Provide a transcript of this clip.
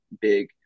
big